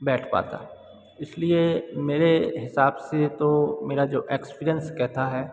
बैठ पाता इसलिए मेरे हिसाब से तो मेरा जो एक्सपीरियंस कहता है